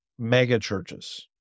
megachurches